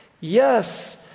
Yes